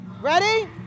Ready